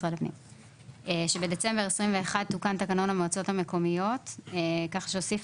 תוקן תקנון המועצות המקומיות כך שהוא הוסיף